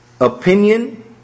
opinion